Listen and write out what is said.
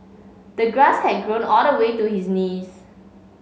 the grass had grown all the way to his knees